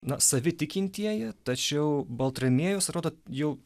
na savi tikintieji tačiau baltramiejus atrodo jau